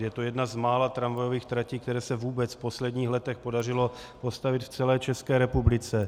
Je to jedna z mála tramvajových tratí, které se vůbec v posledních letech podařilo postavit v celé České republice.